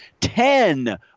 Ten